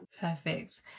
perfect